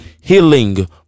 healing